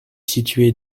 situé